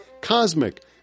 Cosmic